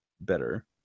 better